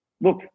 look